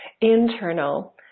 internal